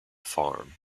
farm